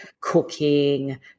cooking